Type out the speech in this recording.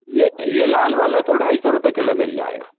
यह लाल वाला तो ढाई सौ रुपए किलो मिल जाएगा